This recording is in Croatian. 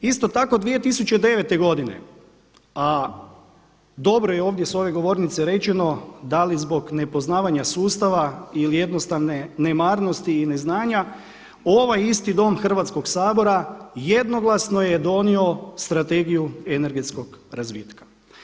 Isto tako 2009. godine, a dobro je ovdje sa ove govornice rečeno da li zbog nepoznavanja sustava ili jednostavne nemarnosti i neznanja ovaj isti Dom Hrvatskog sabora jednoglasno je donio Strategiju energetskog razvitka.